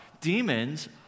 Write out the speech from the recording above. Demons